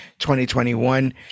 2021